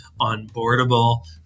onboardable